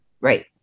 right